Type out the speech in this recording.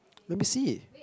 let me see